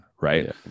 right